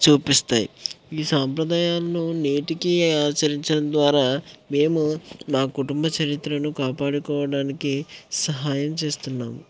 చూపిస్తాయి ఈ సాంప్రదాయాలు నేటికి ఆచరించడం ద్వారా మేము మా కుటుంబ చరిత్రను కాపాడుకోవడానికి సహాయం చేస్తున్నాం